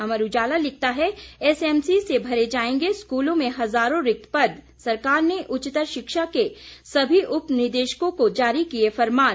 अमर उजाला लिखता है एसएमसी से भरे जाएंगे स्कूलों में हजारों रिक्त पद सरकार ने उच्चतर शिक्षा के सभी उप निदेशकों को जारी किए फरमान